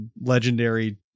legendary